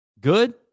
Good